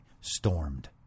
stormed